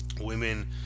women